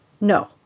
No